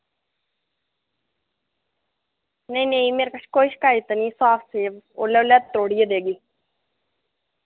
नेईं नेईं मेरे कच्छ कोई शिकायत नी साफ सेब उल्लै उल्लै त्रोड़ियै देगी